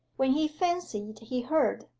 when he fancied he heard,